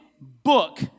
book